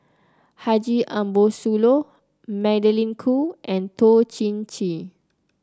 Haji Ambo Sooloh Magdalene Khoo and Toh Chin Chye